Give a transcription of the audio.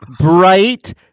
bright